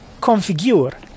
configure